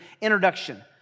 introduction